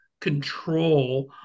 control